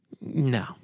No